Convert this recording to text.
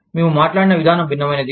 మేము మాట్లాడిన విధానం భిన్నమైనది